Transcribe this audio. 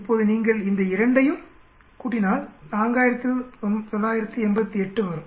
இப்போது நீங்கள் இந்த இரண்டையும் கூட்டினால் 4988 வரும்